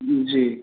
जी